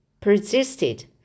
persisted